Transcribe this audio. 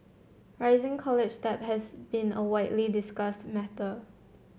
rising college debt has been a widely discussed matter